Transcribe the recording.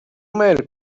male